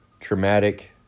traumatic